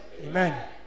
amen